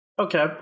Okay